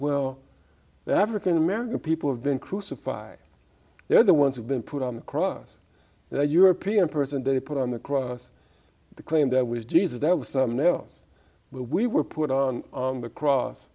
well that african american people have been crucified they're the ones who've been put on the cross the european person they put on the cross the claim that was jesus that was someone else we were put on the cross